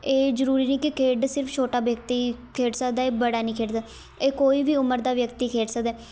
ਇਹ ਜ਼ਰੂਰੀ ਨਹੀਂ ਕਿ ਖੇਡ ਸਿਰਫ ਛੋਟਾ ਵਿਅਕਤੀ ਹੀ ਖੇਡ ਸਕਦਾ ਏ ਬੜਾ ਨਹੀਂ ਖੇਡਦਾ ਇਹ ਕੋਈ ਵੀ ਉਮਰ ਦਾ ਵਿਅਕਤੀ ਖੇਡ ਸਕਦਾ ਹੈ